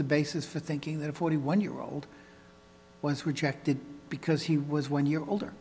the basis for thinking that a forty one year old was rejected because he was one year older